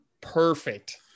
Perfect